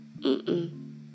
Mm-mm